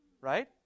right